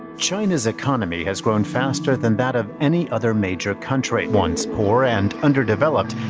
china's economy has grown faster than that of any other major country. once poor and underdeveloped,